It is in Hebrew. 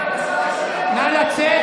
נא לצאת.